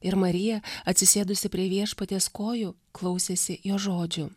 ir marija atsisėdusi prie viešpaties kojų klausėsi jo žodžių